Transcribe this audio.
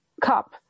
cup